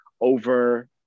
over